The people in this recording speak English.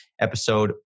episode